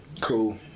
Cool